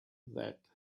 that